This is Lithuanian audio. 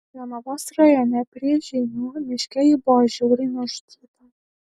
jonavos rajone prie žeimių miške ji buvo žiauriai nužudyta